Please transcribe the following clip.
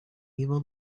evil